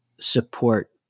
Support